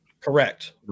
correct